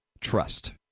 trust